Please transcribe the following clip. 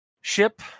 ship